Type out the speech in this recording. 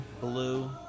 Blue